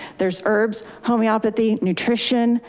there's herbs, homeopathy, nutrition,